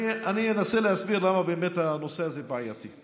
אנסה להסביר למה באמת הנושא הזה בעייתי.